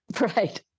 right